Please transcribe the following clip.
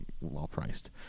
well-priced